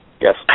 Yes